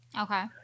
Okay